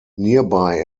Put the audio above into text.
nearby